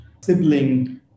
sibling